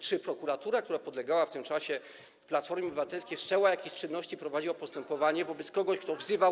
Czy prokuratura, która podlegała w tym czasie Platformie Obywatelskiej, wszczęła jakieś czynności, prowadziła postępowanie wobec kogoś, kto wzywał.